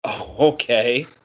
Okay